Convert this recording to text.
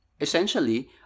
Essentially